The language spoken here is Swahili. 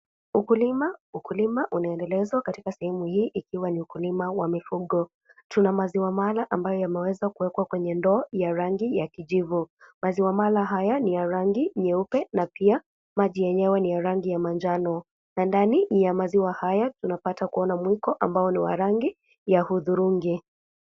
Ukulima unaendelezwa katika sehemu hii. Ikiwa ni mkulima wa mifugo. Tuna maziwa mara ambayo yameweza kuwekwa kwenye ndoo ya rangi ya kijivu. Maziwa mara haya ni ya rangi nyeupe na pia maji yenyewe ni rangi ya manjano. Na ndani ya maziwa haya tunapata kuona mwiko ambao ni wa rangi ya hudhurungi.